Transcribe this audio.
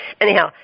anyhow